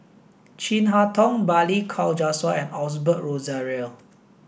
Chin Harn Tong Balli Kaur Jaswal and Osbert Rozario